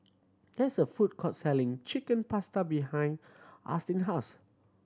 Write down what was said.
there is a food court selling Chicken Pasta behind Austen house